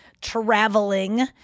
traveling